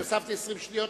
אני הוספתי 20 שניות,